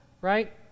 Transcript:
right